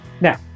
now